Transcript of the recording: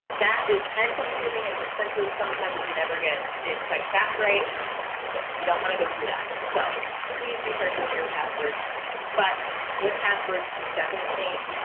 that is time consuming and expensive. sometimes you never get it quite back, right you don't wanna go through that so please be careful with your passwords but with passwords definitely